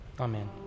Amen